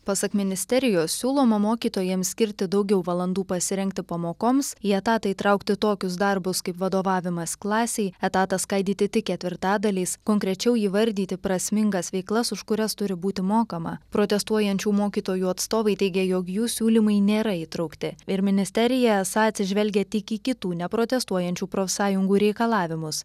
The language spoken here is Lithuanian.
pasak ministerijos siūloma mokytojams skirti daugiau valandų pasirengti pamokoms į etatą įtraukti tokius darbus kaip vadovavimas klasei etatą skaidyti tik ketvirtadaliais konkrečiau įvardyti prasmingas veiklas už kurias turi būti mokama protestuojančių mokytojų atstovai teigė jog jų siūlymai nėra įtraukti ir ministerija esą atsižvelgia tik į kitų ne protestuojančių profsąjungų reikalavimus